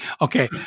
Okay